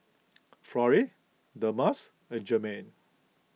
Florrie Delmas and Jermain